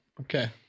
Okay